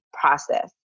process